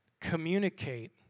communicate